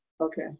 Okay